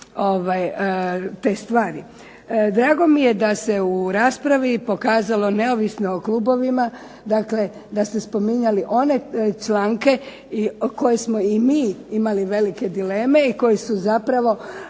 te stvari. Drago mi je da se u raspravi iskazalo neovisno o klubovima dakle da ste spominjali one članke koje smo i mi zapravo imali velike dileme i koji su zapravo